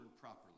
properly